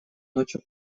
ночью